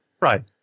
Right